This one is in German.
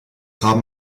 haben